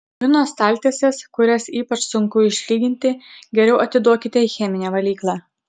lino staltieses kurias ypač sunku išlyginti geriau atiduokite į cheminę valyklą